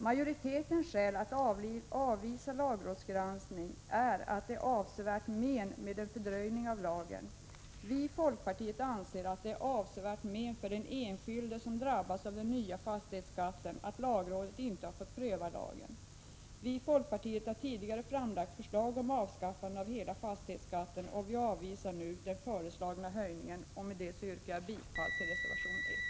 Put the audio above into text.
Majoritetens skäl att avvisa lagrådsgranskning är att en fördröjning av lagen innebär avsevärt men. Vi i folkpartiet anser att det är avsevärt men för den enskilde som drabbas av den nya fastighetsskatten att lagrådet inte har fått pröva lagen. Vi i folkpartiet har tidigare framlagt förslag om avskaffande av hela fastighetsskatten. Vi avvisar nu den föreslagna höjningen. Med det yrkar jag bifall till reservation 1.